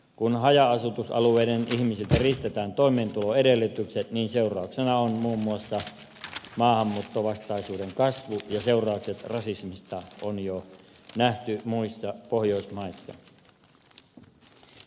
kun haja asutusalueiden ihmisiltä riistetään toimeentuloedellytykset niin seurauksena on muun muassa maahanmuuttovastaisuuden kasvu ja seuraukset rasismista on jo nähty muissa pohjoismaissa